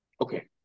Okay